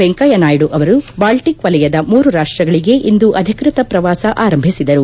ವೆಂಕಯ್ಲನಾಯ್ಡ ಅವರು ಬಾಲ್ಲಿಕ್ ವಲಯದ ಮೂರು ರಾಷ್ಲಗಳಿಗೆ ಇಂದು ಅಧಿಕೃತ ಪ್ರವಾಸ ಆರಂಭಿಸಿದರು